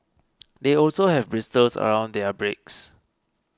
they also have bristles around their beaks